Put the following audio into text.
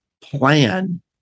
plan